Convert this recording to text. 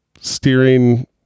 steering